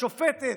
בין הרשות השופטת,